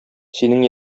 синең